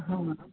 हा